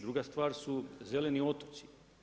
Druga stvar su zeleni otoci.